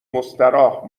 مستراح